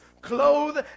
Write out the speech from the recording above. clothe